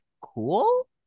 cool